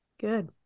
good